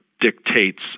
dictates